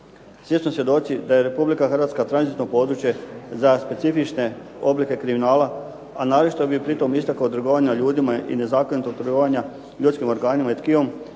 Svi smo svjedoci da je Republika Hrvatska tranzitno područje za specifične oblike kriminala, a naročito bih pri tome istakao trgovanje ljudima i nezakonitog trgovanja ljudskim organima i tkivom,